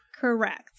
Correct